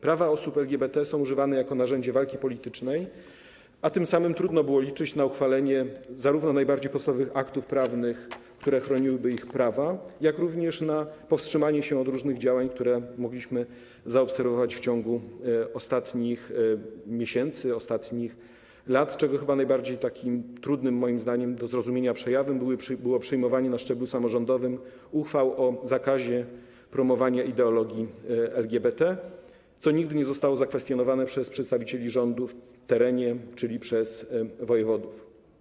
Prawa osób LGBT są używane jako narzędzie walki politycznej, a tym samym trudno było liczyć na uchwalenie zarówno najbardziej podstawowych aktów prawnych, które chroniłyby ich prawa, jak i na powstrzymanie się od różnych działań, które mogliśmy zaobserwować w ciągu ostatnich miesięcy, ostatnich lat, czego chyba najtrudniejszym, moim zdaniem, do zrozumienia przejawem było przyjmowanie na szczeblu samorządowym uchwał o zakazie promowania ideologii LGBT, co nigdy nie zostało zakwestionowane przez przedstawicieli rządu w terenie, czyli przez wojewodów.